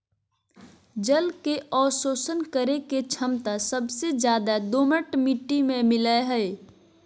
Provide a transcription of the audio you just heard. जल के अवशोषण करे के छमता सबसे ज्यादे दोमट मिट्टी में मिलय हई